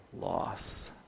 loss